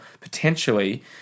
potentially